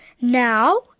Now